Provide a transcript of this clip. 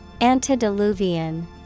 Antediluvian